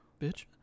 Bitch